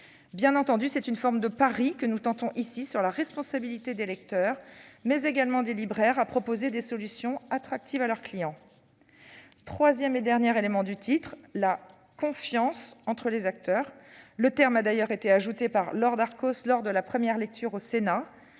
Bien entendu, c'est une forme de pari que nous tentons ici sur la responsabilité des lecteurs, mais également des libraires à proposer des solutions attractives à leurs clients. Le troisième et dernier élément du titre mentionne « la confiance entre les acteurs ». Le terme de « confiance » a d'ailleurs été ajouté par Laure Darcos lors de la première lecture au Sénat.